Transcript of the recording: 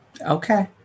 Okay